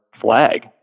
flag